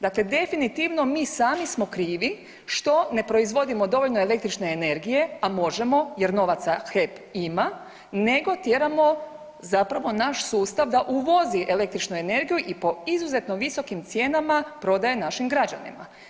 Dakle, definitivno mi sami smo krivi što ne proizvodimo dovoljno električne energije a možemo jer novaca HEP ima, nego tjeramo zapravo naš sustav da uvozi električnu energiju i po izuzetno visokim cijenama prodaje našim građanima.